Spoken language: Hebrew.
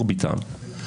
מרביתם.